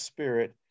Spirit